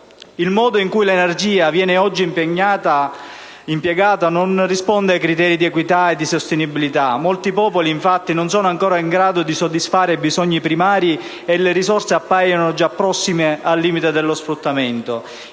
Il modo in cui l'energia viene oggi impiegata non risponde a criteri di equità e sostenibilità: molti popoli non sono infatti ancora in grado di soddisfare i bisogni primari e le risorse appaiono già prossime al limite di sfruttamento.